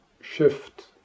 shift